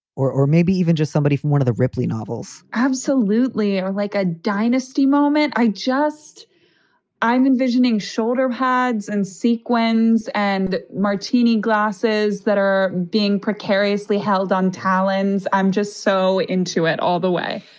or or maybe even just somebody from one of the ripley novels absolutely. or like a dynasty moment. i just i'm envisioning shoulder pads and sequins and martini glasses that are being precariously held on talon's. i'm just so into it all the way.